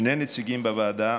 שני נציגים בוועדה,